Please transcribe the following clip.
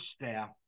staff